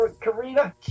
Karina